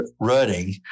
running